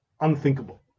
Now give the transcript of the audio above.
unthinkable